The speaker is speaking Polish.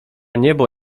niebo